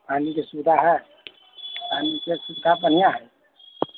पानीके सुविधा हइ पानीके सुविधा बढ़िआँ हइ